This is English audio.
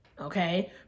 okay